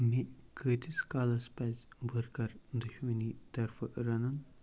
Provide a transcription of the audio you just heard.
مےٚ کۭتِس کالَس پَزِ بٔرگر دۄشؤنی طرفہٕ رَنُن